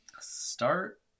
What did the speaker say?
Start